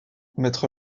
maître